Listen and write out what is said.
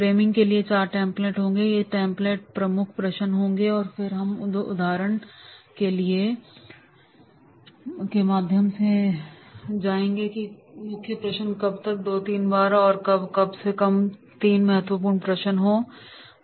framing के लिए चार टेम्प्लेट होंगे ये टेम्प्लेट प्रमुख प्रश्न होंगे और फिर हम उदाहरण के माध्यम से जाएंगे जो कि मुख्य प्रश्न एक दो और तीन हैं यहाँ कम से कम तीन महत्वपूर्ण प्रश्न हैं